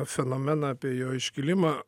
fenomeną apie jo iškilimą